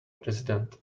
president